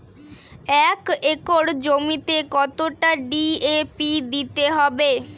এক একর জমিতে কতটা ডি.এ.পি দিতে হবে?